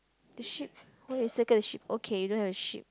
the sheep oh you circle the sheep okay don't have sheep